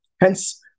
Hence